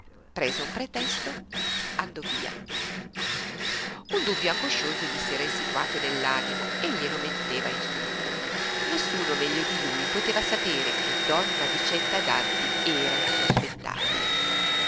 prese un pretesto andò via un dubbio angoscioso gli s'era insinuato nell'animo e glielo metteva in subbuglio nessuno meglio di lui poteva sapere che donna bicetta daddi era insospettabile